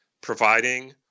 providing